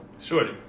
Shorty